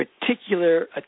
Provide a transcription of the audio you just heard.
particular